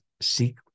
seek